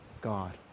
God